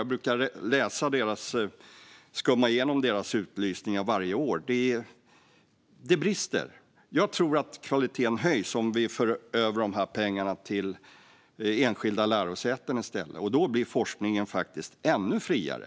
Jag brukar skumma igenom Vetenskapsrådets utlysningar varje år. De brister i kvalitet. Jag tror att kvaliteten höjs om vi för över de här pengarna till enskilda lärosäten i stället. Och då blir forskningen faktiskt ännu friare.